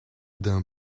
d’un